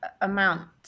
amount